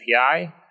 API